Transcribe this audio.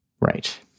Right